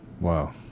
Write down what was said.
Wow